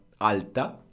Alta